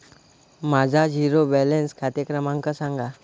माझा zero balance खाते क्रमांक सांगा